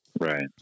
Right